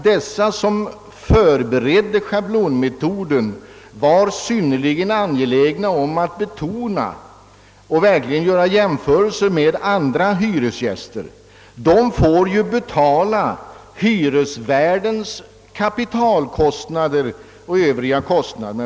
De som förberedde förslaget var synnerligen angelägna om att dra paralleller mellan villaägare och vanliga hyresgäster; de senare får ju betala framför allt hyresvärdens kapitalkostnader men även hans övriga kostnader.